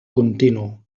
continu